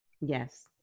Yes